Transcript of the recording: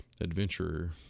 adventurer